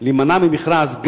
להימנע ממכרז,